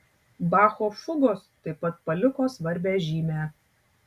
bacho fugos taip pat paliko svarbią žymę